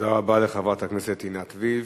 תודה רבה לחברת הכנסת עינת וילף.